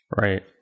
Right